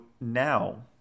now